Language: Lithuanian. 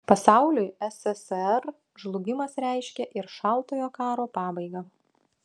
pasauliui sssr žlugimas reiškė ir šaltojo karo pabaigą